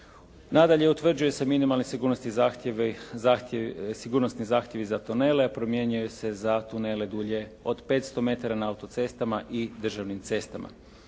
Nadalje utvrđuje se minimalni sigurnosni zahtjevi za tunele, promjenjuje se za tunele dulje od 500 metara na cestama i državnim cestama.